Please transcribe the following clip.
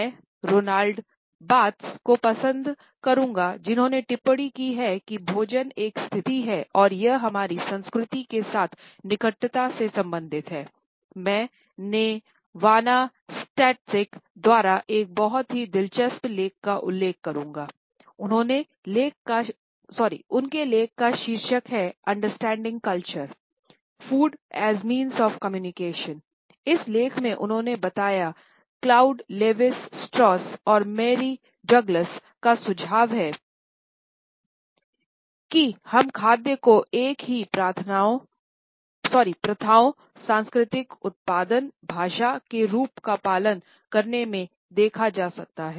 मैं रोलांड बार्थेसका सुझाव है कि हम खाद्य को एक ही प्रथाओंसांस्कृतिक उत्पादनभाषा के रूप का पालन करने में देख सकते हैं